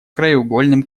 краеугольным